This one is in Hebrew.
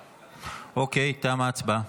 אוקיי, תמה ההצבעה.